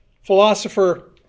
philosopher